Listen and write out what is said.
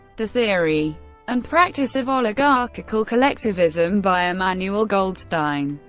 the theory and practice of oligarchical collectivism, by emmanuel goldstein,